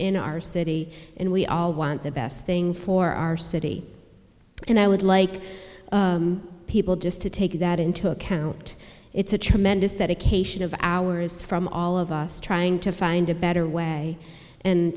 in our city and we all want the best thing for our city and i would like people just to take that into account it's a tremendous dedication of ours from all of us trying to find a better way and